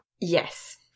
Yes